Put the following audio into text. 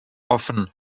often